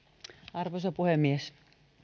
arvoisa puhemies